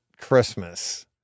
christmas